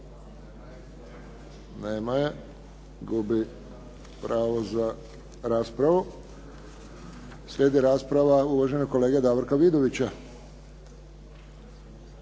Nema je. Gubi pravo za raspravu. Slijedi rasprava uvaženog kolege Davorka Vidovića.